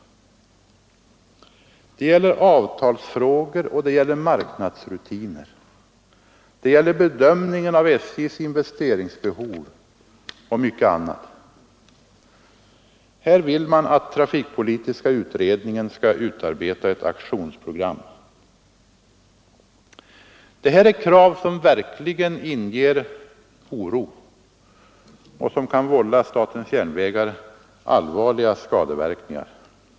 Det gäller avtalsfrågor, marknadsrutiner, SJ:s investeringsbehov och mycket annat. Man vill att trafikpolitiska utredningen skall utarbeta ett aktionsprogram. Detta är krav som verkligen inger oro och som kan vålla statens järnvägar allvarliga skadeverkningar.